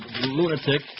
lunatic